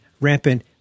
rampant